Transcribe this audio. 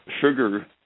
sugar